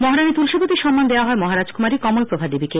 মহারানী তুলসীবতী সম্মান দেওয়া হয় মহারাজ কুমারী কমল প্রভা দেবীকে